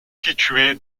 située